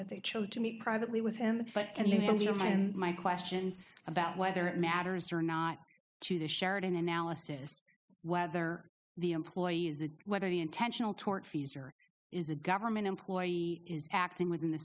that they chose to meet privately with him and my question about whether it matters or not to the sheraton analysis whether the employees or whether the intentional tortfeasor is a government employee acting within the